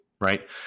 right